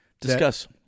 Discuss